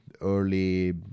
early